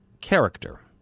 character